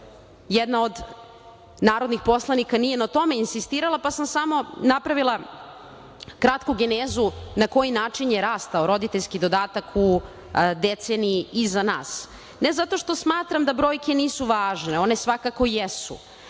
jedna od narodnih poslanika nije na tome insistirala, pa sam samo napravila kratku genezu na koji način je rastao roditeljski dodatak u deceniji iza nas ne zato što smatram da brojke nisu važne, one svakako jesu